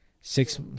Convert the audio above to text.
six